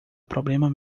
problema